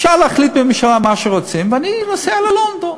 אפשר להחליט בממשלה מה שרוצים, ואני נוסע ללונדון,